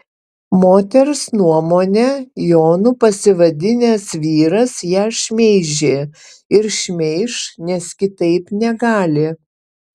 moters nuomone jonu pasivadinęs vyras ją šmeižė ir šmeiš nes kitaip negali